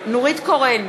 קורן,